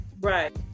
Right